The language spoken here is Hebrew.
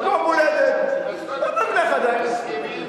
אז היו אנשים כאן,